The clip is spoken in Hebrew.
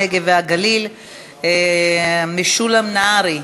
הנגב והגליל משולם נהרי,